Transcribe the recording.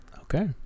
Okay